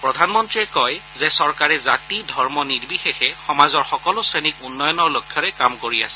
প্ৰধানমন্ত্ৰীয়ে কয় যে চৰকাৰে জাতি ধৰ্ম নিৰ্বেশেষ সমাজৰ সকলো শ্ৰেণীক উন্নয়নৰ লক্ষ্যেৰে কাম কৰি আছে